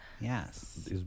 Yes